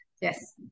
yes